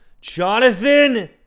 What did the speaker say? Jonathan